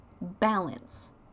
balance